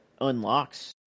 unlocks